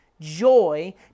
joy